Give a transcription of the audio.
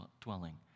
dwelling